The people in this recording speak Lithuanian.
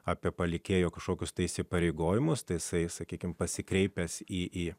apie palikėjo kažkokius įsipareigojimus tasai sakykime pasikreipęs į